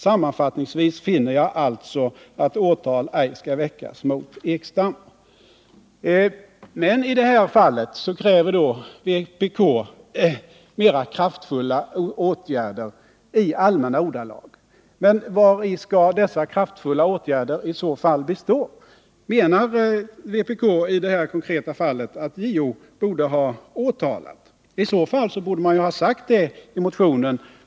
Sammanfattningsvis finner jag alltså att åtal ej skall väckas mot Ekstam.” I det här fallet kräver emellertid vpk i allmänna ordalag mera kraftfulla åtgärder. Men vari skall dessa kraftfulla åtgärder bestå? Menar vpk i det här konkreta fallet att JO borde ha åtalat? Då borde man ju ha sagt det i motionen.